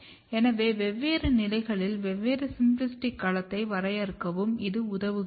எனவே வெவ்வேறு நிலைகளில் வெவ்வேறு சிம்பிளாஸ்டிக் களத்தை வரையறுக்கவும் இது உதவுகிறது